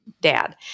dad